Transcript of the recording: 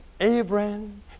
Abraham